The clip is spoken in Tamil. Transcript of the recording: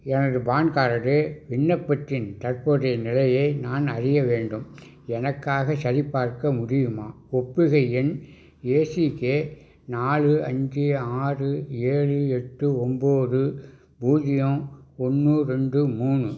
எனது பான் கார்டு விண்ணப்பத்தின் தற்போதைய நிலையை நான் அறிய வேண்டும் எனக்காக சரிபார்க்க முடியுமா ஒப்புகை எண் ஏசிகே நாலு அஞ்சு ஆறு ஏழு எட்டு ஒன்போது பூஜ்ஜியம் ஒன்று ரெண்டு மூணு